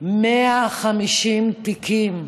150 תיקים,